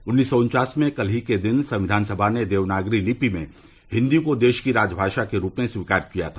उन्नीस सौ उन्वास में कल के ही दिन संक्विन सभा ने देवनागरी लिपि में हिंदी को देश की राजमाषा के रूप में स्वीकार किया था